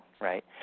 right